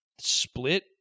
Split